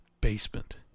Basement